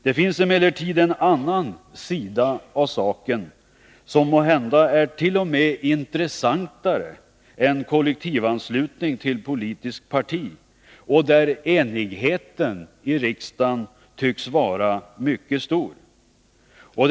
Det finns emellertid en annan sida och en sak som måhända t.o.m. är intressantare än kollektivanslutning till politiskt parti och där enigheten i riksdagen tycks vara mycket stor.